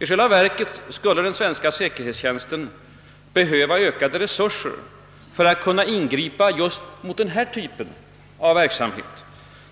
I själva verket skulle den svenska säkerhetstjänsten behöva ökade resurser för att kunna ingripa just mot denna typ av verksamhet,